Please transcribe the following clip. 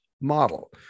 model